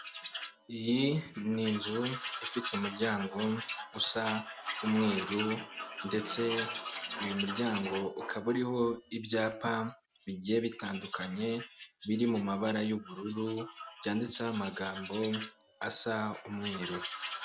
Iyi ni inzu ifite umuryango usa umweru ndetse uyu muryango ukaba uriho ibyapa bigiye bitandukanye biri mu mabara y'ubururu byanditseho amagambo asa umweru.